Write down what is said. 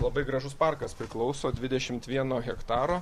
labai gražus parkas priklauso dvidešimt vieno hektaro